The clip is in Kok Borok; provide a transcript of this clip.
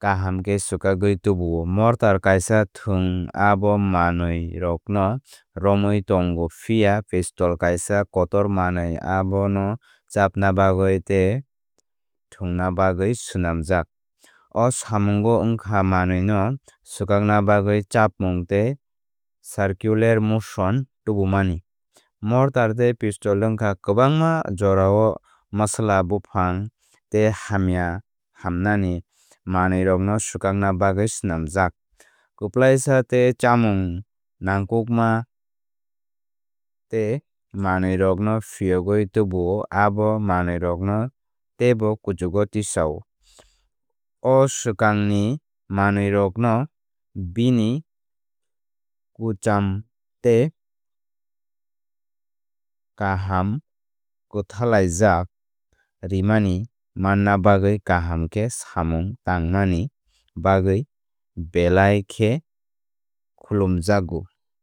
kaham khe swkakwi tubuo. Mortar kaisa thwng abo manwirokno romwi tongo phiya pestle kaisa kotor manwi abono chapna bagwi tei thwngna bagwi swnamjak. O samungo wngkha manwi no swkakna bagwi chapmung tei circular motion tubumani. Mortar tei pestle wngkha kwbangma jorao masala buphang tei hamya hamnani manwirokno swkakna bagwi swnamjak. Kwplaisa tei chapmung nangkukma tei mwnwirokno phiyogwi tubuo abo manwirokno teibo kuchugo tisao. O swkangni manwirokno bini kwchama tei kaham kwthalaijak rwmani manna bagwi kaham khe samung tangmani bagwi belai khe khulumjago.